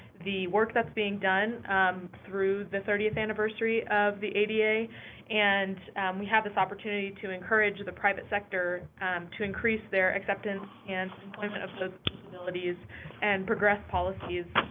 the work that's being done through the thirtieth anniversary of the ada and we have this opportunity to encourage the private sector to increase their acceptance and employment of those abilities and progressed policies.